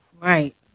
Right